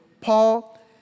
Paul